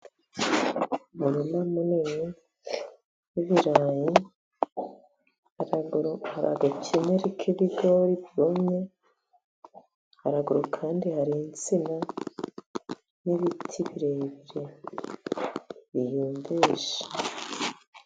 Umurima munini w'ibirayi. Haruguru hari agakenyeri k'ibigori byumye. Haruguru kandi hari insina n'ibiti birebire biyendesha.